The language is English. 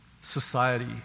society